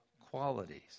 qualities